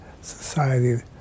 society